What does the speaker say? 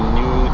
new